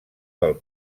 del